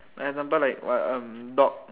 example like what like dog